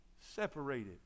separated